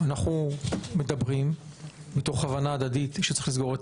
אנחנו מדברים מתוך הבנה הדדית שצריך לסגור את